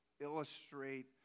illustrate